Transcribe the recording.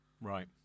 Right